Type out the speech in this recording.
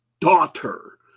daughter